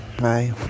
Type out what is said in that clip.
Hi